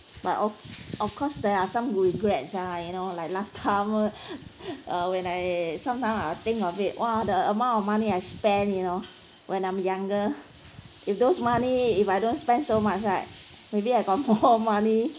but of of course there are some regrets ah you know like last timer uh when I sometime I will think of it !wah! the amount of money I spend you know when I'm younger if those money if I don't spend so much right maybe I got more money